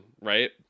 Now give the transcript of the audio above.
right